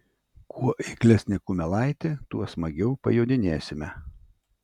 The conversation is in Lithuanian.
kuo eiklesnė kumelaitė tuo smagiau pajodinėsime